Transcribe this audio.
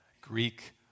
greek